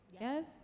Yes